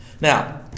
Now